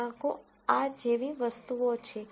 વણાંકો આ જેવી વસ્તુઓ છે